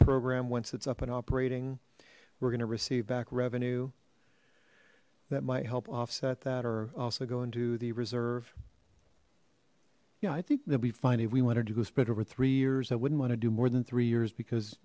program once it's up and operating we're gonna receive back revenue that might help offset that or also go into the reserve yeah i think they'll be fine if we want her to go spread over three years i wouldn't want to do more than three years because